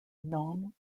noam